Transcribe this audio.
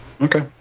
Okay